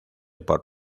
por